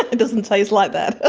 ah doesn't taste like that!